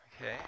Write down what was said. okay